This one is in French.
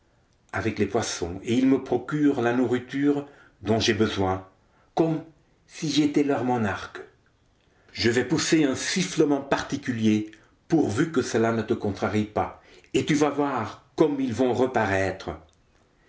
avec les poissons et ils me procurent la nourriture dont j'ai besoin comme si j'étais leur monarque je vais pousser un sifflement particulier pourvu que cela ne te contrarie pas et tu vas voir comme ils vont reparaître